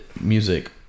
music